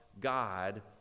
God